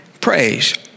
praise